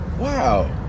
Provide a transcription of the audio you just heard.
Wow